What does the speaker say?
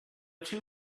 two